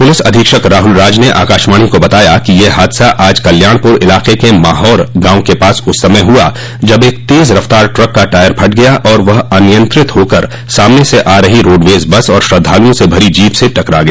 police अधीक्षक राहुल राज ने आकाशवाणी को बताया कि यह हादसा आज कल्याणपुर इलाक के माहौर गांव के पास उस समय हुआ जब एक तेज़ रफ़्तार ट्रक का टायर फट गया और वह अनिंयत्रित होकर सामने से आ रही रोडवेज़ बस और श्रद्धालुओं से भरी जीप से टकरा गया